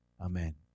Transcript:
Amen